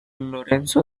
lorenzo